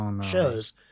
shows